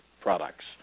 products